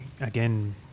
again